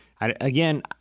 again